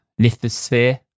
Lithosphere